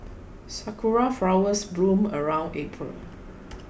sakura flowers bloom around April